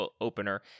opener